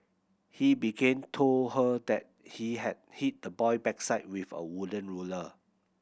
he began told her that he had hit the boy backside with a wooden ruler